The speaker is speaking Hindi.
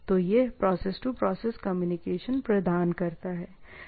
तो यह प्रोसेस टू प्रोसेस कम्युनिकेशन प्रदान करता है